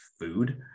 food